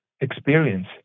experience